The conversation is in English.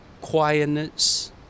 quietness